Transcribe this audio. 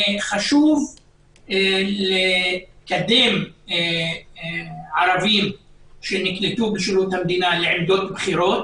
חשוב לקדם ערבים שנקלטו בשירות המדינה לעמדות בכירות